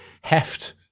heft